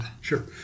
Sure